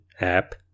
app